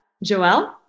Joel